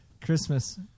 Christmas